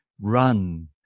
Run